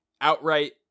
outright